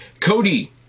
Cody